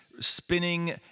Spinning